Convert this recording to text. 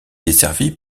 desservie